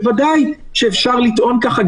בוודאי שאפשר לטעון ככה.